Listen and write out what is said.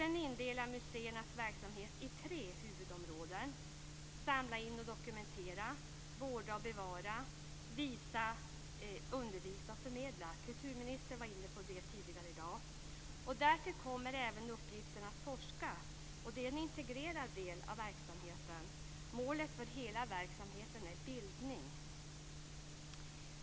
Den indelar museernas verksamhet i tre huvudområden: samla in och dokumentera, vårda och bevara samt visa, undervisa och förmedla. Kulturministern var inne på det tidigare i dag. Därtill kommer även uppgiften att forska. Det är en integrerad del av verksamheten. Målet för hela verksamheten är bildning.